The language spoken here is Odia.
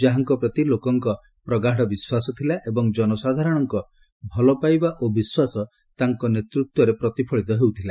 ଯାହାଙ୍କ ପ୍ରତି ଲୋକଙ୍କ ପ୍ରଗାଡ଼ ବିଶ୍ୱାସ ଥିଲା ଏବଂ ଜନସାଧାରଣଙ୍କ ଭଲପାଇବା ଓ ବିଶ୍ୱାସ ତାଙ୍କ ନେତୃତ୍ୱରେ ପ୍ରତିଫଳିତ ହେଉଥିଲା